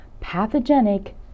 pathogenic